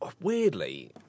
Weirdly